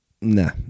Nah